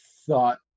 thought